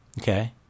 Okay